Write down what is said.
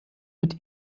mit